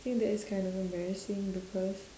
I think that is kind of embarrassing because